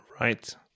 right